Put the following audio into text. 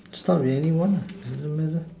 start with anyone lah doesn't matter